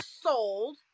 sold